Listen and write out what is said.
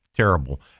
terrible